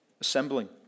assembling